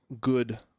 good